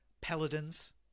paladins